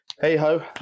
hey-ho